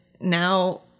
now